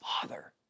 father